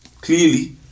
clearly